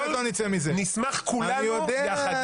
נשמח כולנו יחד,